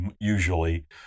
usually